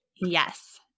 Yes